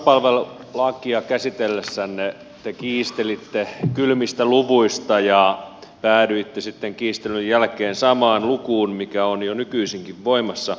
vanhuspalvelulakia käsitellessänne te kiistelitte kylmistä luvuista ja päädyitte sitten kiistelyn jälkeen samaan lukuun joka on jo nykyisinkin voimassa